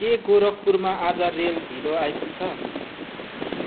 के गोरखपुरमा आज रेल ढिलो आइपुग्छ